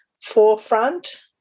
forefront